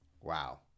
Wow